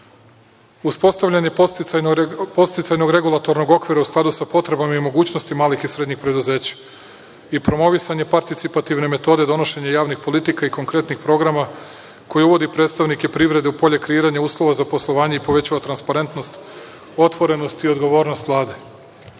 uspostavljanje podsticajnog regulatornog okvira u skladu sa potrebama i mogućnostima malih i srednjih preduzeća i promovisanje parcipativne metode, donošenje javnih politika i konkretnih programa koji uvodi predstavnike privrede u polje kreiranja uslova za poslovanje i povećava transparentnost, otvorenost i odgovornost